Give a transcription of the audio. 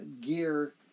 gear